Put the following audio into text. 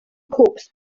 corps